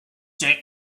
see